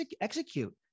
execute